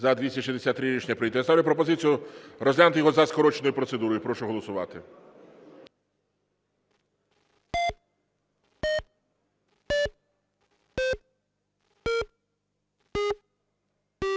За-263 Рішення прийнято. Я ставлю пропозицію розглянути його за скороченою процедурою. Прошу голосувати.